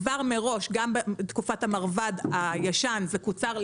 כבר מראש התהליכים בתוך המרב"ד גם בתקופת המרב"ד הישן זה קוצר,